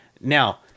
Now